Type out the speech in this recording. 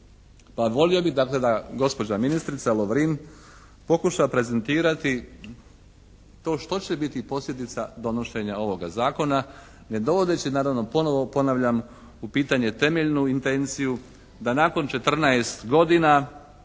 volio bih dakle da gospođa ministrica Lovrin pokuša prezentirati to što će biti posljedica donošenja ovoga zakona ne dovodeći naravno ponovno ponavljam u pitanje temeljnu intenciju da nakon 14 godina